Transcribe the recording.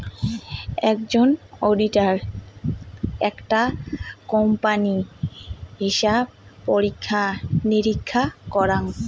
আকজন auditor আকটা কোম্পানির হিছাব পরীক্ষা নিরীক্ষা করাং